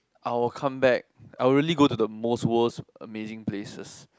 I will come back I will really go to the world's most amazing places